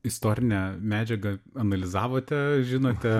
istorinę medžiagą analizavote žinote